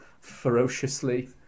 ferociously